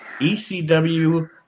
ECW